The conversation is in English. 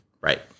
Right